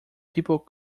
people